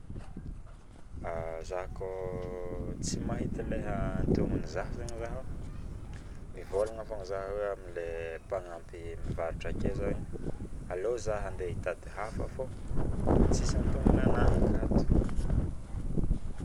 Zaho koa tsy mahita lay antogniny zaho zaigny zaho mivolagna fogna zaho amle mpagnampy mivarotra akeo aleo zaho andeha itady hafa foa tsisy antognona anahy akato